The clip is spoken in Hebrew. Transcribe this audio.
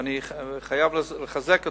ואני חייב לחזק אותו.